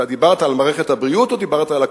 אתה דיברת על מערכת הבריאות או דיברת על הקיבוץ?